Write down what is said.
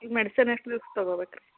ಈಗ ಮೆಡಿಸನ್ ಎಷ್ಟು ದಿವ್ಸಕ್ ತಗೋಬೇಕು ರೀ